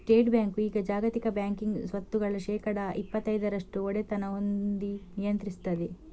state bank ಈಗ ಜಾಗತಿಕ banking ಸ್ವತ್ತುಗಳ ಶೇಕಡಾ ಇಪ್ಪತೈದರಷ್ಟು ಒಡೆತನ ಹೊಂದಿ ನಿಯಂತ್ರಿಸ್ತದೆ